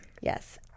Yes